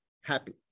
happy